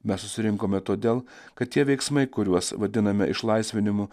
mes susirinkome todėl kad tie veiksmai kuriuos vadiname išlaisvinimu